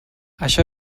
això